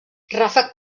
ràfec